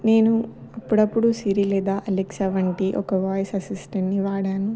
నేను అప్పుడప్పుడు సిరీ లేదా అలెక్సా వంటి ఒక వాయిస్ అసిస్టెంట్ని వాడాను